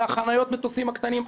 חניות המטוסים הקטנים,